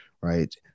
right